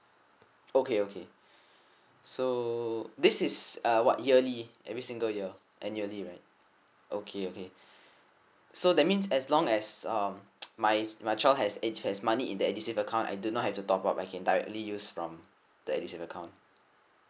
okay okay so this is uh what yearly every single year end yearly right okay okay so that means as long as um my my child has he has money in the edusave account I do not have to top up I can directly use from the edusave account